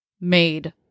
made